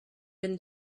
been